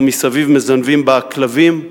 ומסביב מזנבים בה הכלבים,